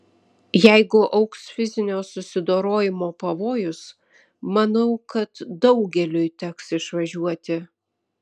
jeigu augs fizinio susidorojimo pavojus manau kad daugeliui teks išvažiuoti